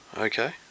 okay